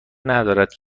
ندارد